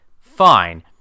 fine